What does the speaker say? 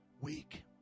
week